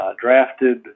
drafted